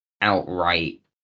outright